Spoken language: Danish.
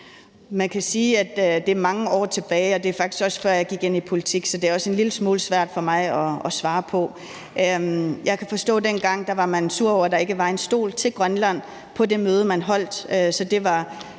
Chemnitz (IA): Det er mange år tilbage, og det var faktisk også, før jeg gik ind i politik, så det er en lille smule svært for mig at svare på. Jeg kan forstå, at dengang var man sur over, at der ikke var en stol til Grønland på det møde, man holdt.